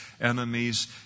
enemies